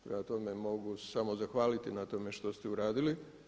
Prema tome, mogu samo zahvaliti na tome što ste uradili.